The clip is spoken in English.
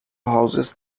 houses